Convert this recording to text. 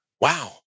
wow